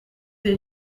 des